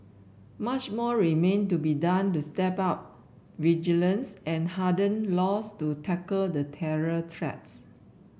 much more remain to be done to step up vigilance and harden laws to tackle the terror threat